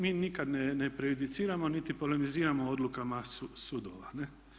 Mi nikad ne prejudiciramo niti polemiziramo o odlukama sudova.